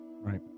Right